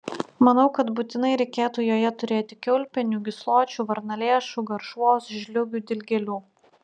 manau kad būtinai reikėtų joje turėti kiaulpienių gysločių varnalėšų garšvos žliūgių dilgėlių